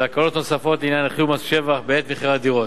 והקלות נוספות לעניין החיוב במס שבח בעת מכירת דירות.